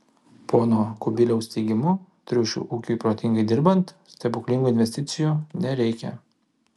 pono kubiliaus teigimu triušių ūkiui protingai dirbant stebuklingų investicijų nereikia